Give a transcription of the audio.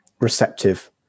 receptive